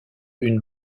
une